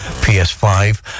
PS5